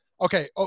Okay